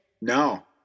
No